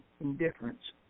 indifference